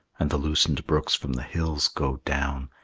and the loosened brooks from the hills go down,